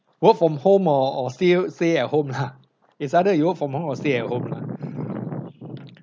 work from home or or still stay at home lah it's either you work from home or stay at home lah